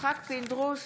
יצחק פינדרוס,